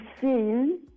seen